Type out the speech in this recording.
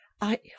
I